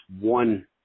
one